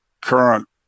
current